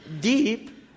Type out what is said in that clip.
deep